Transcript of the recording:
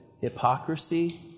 hypocrisy